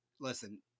listen